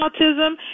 autism